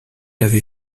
avait